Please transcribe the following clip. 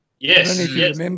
Yes